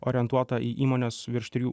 orientuota į įmones virš trijų